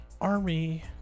Army